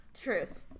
truth